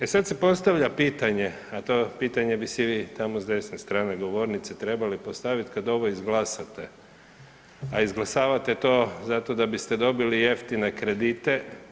E sad se postavlja pitanje, a to pitanje bi si vi tamo s desne strane govornice trebali postavit kad ovo izglasate, a izglasavate to zato da biste dobili jeftine kredite.